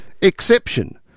exception